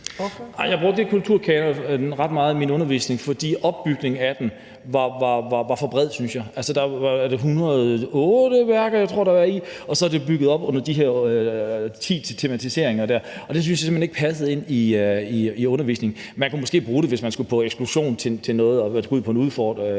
jeg brugte ikke kulturkanonen ret meget i min undervisning, fordi opbygningen af den var for bred, syntes jeg. Altså, der er 108 værker, tror jeg, og så er det bygget op under de der ti tematiseringer, og det syntes jeg simpelt hen ikke passede ind i undervisningen. Man kunne måske bruge den, hvis man skulle på en ekskursion eller en udflugt